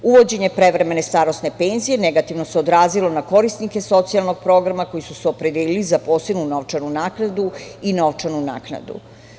Uvođenje prevremene starosne penzije negativno se odrazilo na korisnike socijalnog programa koji su se opredelili za posebnu novčanu naknadu i novčanu naknadu.